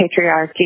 patriarchy